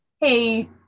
hey